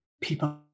people